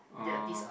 orh